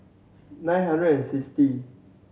nine hundred and sixty